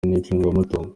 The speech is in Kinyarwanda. n’icungamutungo